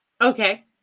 Okay